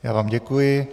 Já vám děkuji.